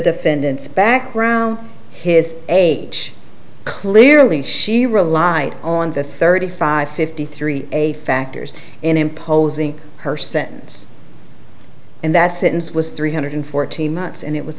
defendant's background his age clearly she relied on the thirty five fifty three a factors in imposing her sentence and that sentence was three hundred fourteen months and it was